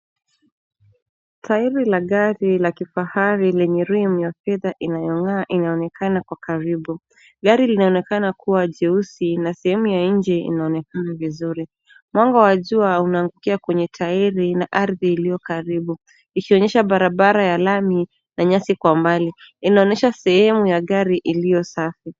tairi la gari la kifahari lenye rimu ya fedha inayong'aa inaonekana kwa karibu. Gari linaonekana kuwa jeusi na sehemu ya nje inaonekana vizuri. Mwanga wa jua unaangukia kwenye tairi na ardhi iliyokaribu. Ikionyesha barabara ya lami na nyasi kwa mbali inaonyesha sehemu ya gari iliyosafi.